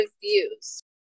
views